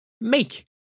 make